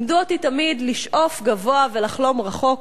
לימדו אותי תמיד לשאוף גבוה ולחלום רחוק,